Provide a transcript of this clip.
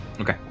Okay